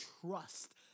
trust